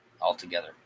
altogether